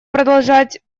продолжать